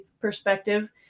perspective